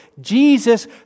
Jesus